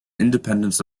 independence